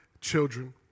children